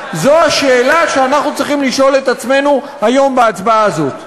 זו השאלה שאנחנו צריכים לשאול את עצמנו היום בהצבעה הזאת.